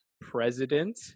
president